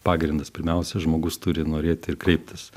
pagrindas pirmiausia žmogus turi norėti ir kreiptis